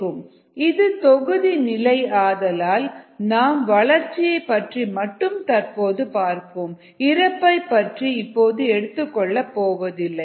ri ro rg rcdmdt இது தொகுதி நிலை ஆதலால் நாம் வளர்ச்சியை பற்றி மட்டும் தற்போது பார்ப்போம் இறப்பைப் பற்றி இப்போது எடுத்துக் கொள்ளப் போவதில்லை